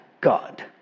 god